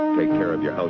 make yeah um yeah